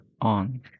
on